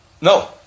no